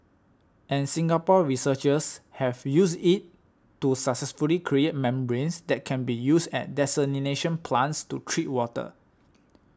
and Singapore researchers have used it to successfully create membranes that can be used at desalination plants to treat water